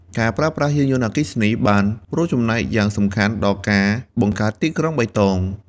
ការប្រើប្រាស់យានយន្តអគ្គិសនីបានរួមចំណែកយ៉ាងសំខាន់ដល់ការបង្កើតទីក្រុងបៃតង។